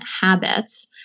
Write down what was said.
habits